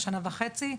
שנה וחצי,